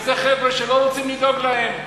ואלו חבר'ה שלא רוצים לדאוג להם.